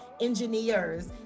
engineers